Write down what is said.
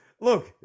look